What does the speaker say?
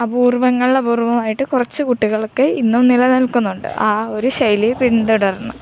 അപൂർവ്വങ്ങളിലപൂർവ്വമായിട്ട് കുറച്ച് കുട്ടികൾക്ക് ഇന്നും നിലനിൽക്കുന്നുണ്ട് ആ ഒരു ശൈലിയെ പിന്തുടർന്ന്